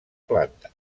planta